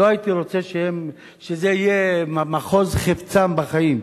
לא הייתי רוצה שזה יהיה מחוז חפצם בחיים,